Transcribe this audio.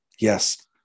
Yes